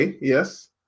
yes